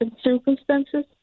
circumstances